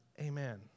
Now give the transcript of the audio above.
Amen